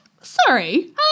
Sorry